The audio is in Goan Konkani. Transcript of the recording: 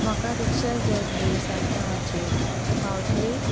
म्हाका रिक्षा जाय आसली साड धा वरांचेर पावतली